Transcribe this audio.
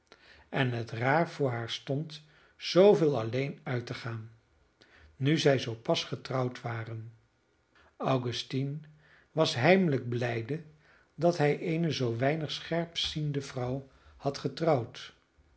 en het raar voor haar stond zooveel alleen uit te gaan nu zij zoo pas getrouwd waren augustine was heimelijk blijde dat hij eene zoo weinig scherpziende vrouw had getrouwd